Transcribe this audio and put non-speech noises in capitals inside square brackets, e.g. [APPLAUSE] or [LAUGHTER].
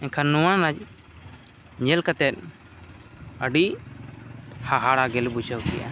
ᱢᱮᱱᱠᱷᱟᱱ ᱱᱚᱣᱟ [UNINTELLIGIBLE] ᱧᱮᱞ ᱠᱟᱛᱮᱫ ᱟᱹᱰᱤ ᱦᱟᱦᱟᱲᱟ ᱜᱮᱞᱮ ᱵᱩᱡᱷᱟᱹᱣ ᱠᱮᱫᱼᱟ